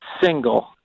single